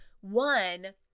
one